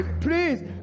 please